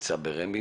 נמצאות ברמ"י